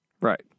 Right